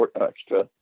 extra